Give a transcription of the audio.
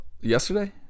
Yesterday